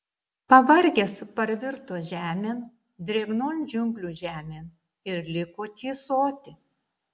pavargęs parvirto žemėn drėgnon džiunglių žemėn ir liko tysoti